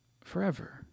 forever